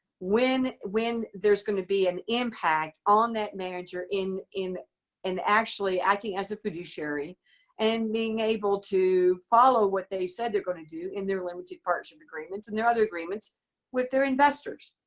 when when there's going to be an impact on that manager in in and actually acting as a fiduciary and being able to follow what they said they're going to do in their limited partnership agreements and their other agreements with their investors.